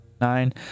Nine